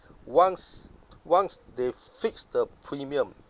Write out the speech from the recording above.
once once they fix the premium